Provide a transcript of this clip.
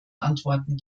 antworten